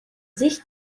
sicht